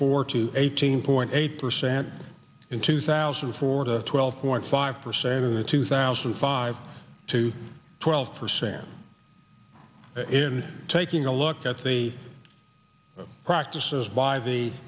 four to eighteen point eight percent in two thousand and four to twelve point five percent in the two thousand and five to twelve percent in taking a look at the practices by the